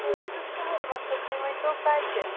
سُہ حظ چھُو سہل مَسلہٕ تُہۍ ؤنۍ تَو کَتہِ